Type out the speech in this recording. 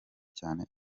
cyane